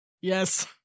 Yes